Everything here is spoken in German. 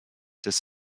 des